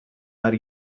are